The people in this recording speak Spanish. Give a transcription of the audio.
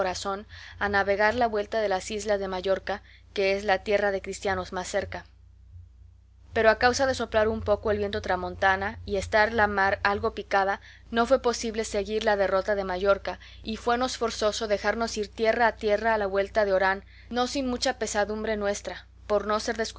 a navegar la vuelta de las islas de mallorca que es la tierra de cristianos más cerca pero a causa de soplar un poco el viento tramontana y estar la mar algo picada no fue posible seguir la derrota de mallorca y fuenos forzoso dejarnos ir tierra a tierra la vuelta de orán no sin mucha pesadumbre nuestra por no ser